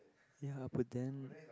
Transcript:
ya but then